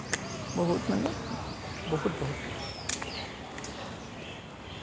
বহুত মানে বহুত বহুত